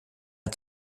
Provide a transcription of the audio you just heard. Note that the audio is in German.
den